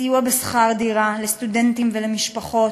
סיוע בשכר דירה לסטודנטים ולמשפחות,